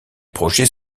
projets